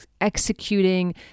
executing